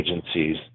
agencies